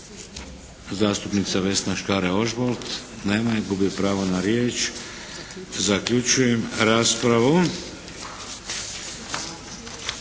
Zastupnica Vesna Škare Ožbolt. Nema je. Gubi pravo na riječ. Zaključujem raspravu.